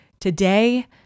Today